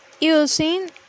using